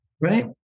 Right